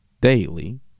Daily